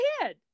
ahead